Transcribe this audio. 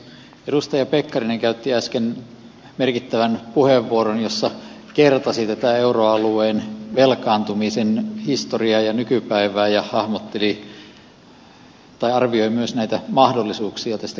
edustaja pekkarinen käytti äsken merkittävän puheenvuoron jossa kertasi tätä euroalueen velkaantumisen historiaa ja nykypäivää ja arvioi myös mahdollisuuksia tästä kriisistä selviytymiseen